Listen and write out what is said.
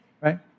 right